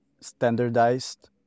standardized